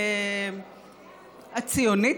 הציונית,